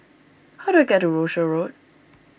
how do I get to Rochor Road